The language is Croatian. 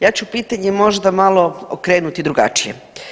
Ja ću pitanje možda malo okrenuti drugačije.